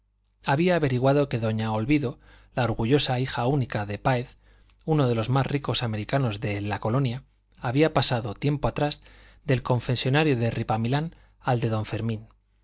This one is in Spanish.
había averiguado que doña olvido la orgullosa hija única de páez uno de los más ricos americanos de la colonia había pasado tiempo atrás del confesonario de ripamilán al de don fermín